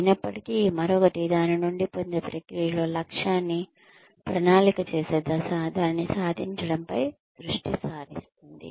అయినప్పటికీ మరొకటి దాని నుండి పొందే ప్రక్రియలో లక్ష్యాన్ని ప్రణాళిక చేసే దశ దానిని సాధించడం పై దృష్టి సారిస్తుంది